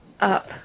up